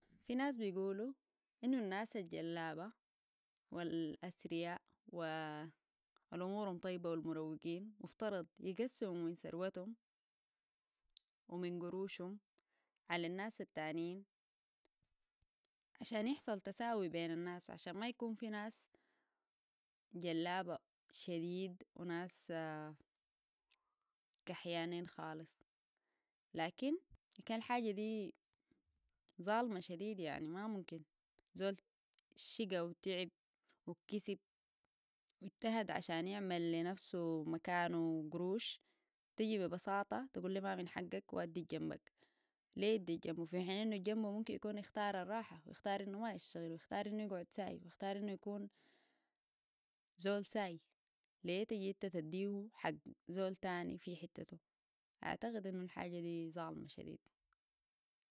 في ناس بقولو أن الناس الجلابة الاثريا والامورم طيبه والمروقين يفترضون يقسموا من ثروتهم ومن قروشهم على الناس التانين عشان يحصل تساوي بين الناس عشان ما يكون في ناس جلابة شديد وناس كحيانين خالص لكن لكن الحاجه دي ظالمه شديد يعني ماممكن زول شقي وتعب وكسب واجتهد عشان يعمل لي نفسة مكانه وقروش تجي بي بساطه تقول ليهو ما من حقك وادي الجمبك ليه يدي الجمبو في حين انو الجمبو ممكن يكون اختار الراحه اختار انو مايشتغل اختار انو يكون زول ساي ليه تجي انت تديهو حق زول تاني في حتتو اعتقد انوالحاجه دي ظالمه شديد